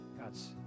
God's